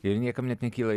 ir niekam net nekyla